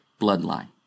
bloodline